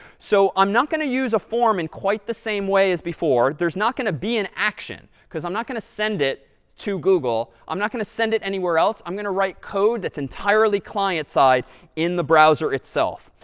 so i'm not going to use a form in quite the same way as before. there's not going to be an action, because i'm not going to send it to google. i'm not going to send it anywhere else. i'm going to write code that's entirely client side in the browser itself.